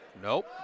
Nope